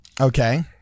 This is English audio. okay